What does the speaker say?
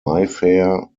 mayfair